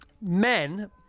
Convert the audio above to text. Men